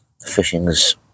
fishing's